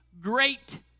great